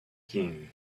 king